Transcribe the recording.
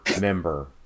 member